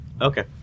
Okay